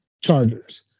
Chargers